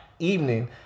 evening